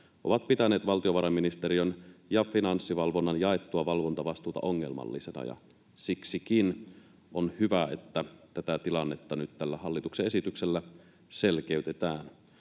ovat pitäneet valtiovarainministeriön ja Finanssivalvonnan jaettua valvontavastuuta ongelmallisena. Siksikin on hyvä, että tätä tilannetta nyt tällä hallituksen esityksellä selkeytetään.